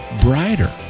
brighter